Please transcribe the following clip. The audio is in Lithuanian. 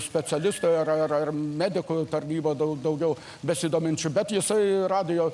specialistui ar ar medikui tarnyba dau daugiau besidominčių bet jisai radijo